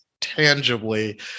tangibly